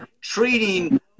treating